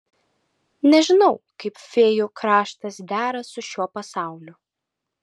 nežinau kaip fėjų kraštas dera su šiuo pasauliu